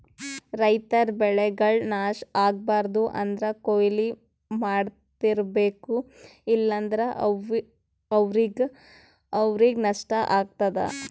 ರೈತರ್ ಬೆಳೆಗಳ್ ನಾಶ್ ಆಗ್ಬಾರ್ದು ಅಂದ್ರ ಕೊಯ್ಲಿ ಮಾಡ್ತಿರ್ಬೇಕು ಇಲ್ಲಂದ್ರ ಅವ್ರಿಗ್ ನಷ್ಟ ಆಗ್ತದಾ